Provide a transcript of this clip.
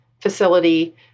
facility